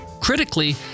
critically